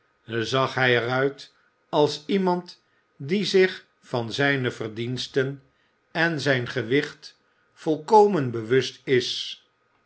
zag hij er uit als iemand die zich van zijne verdiensten en zijn gewicht volkomen bewust is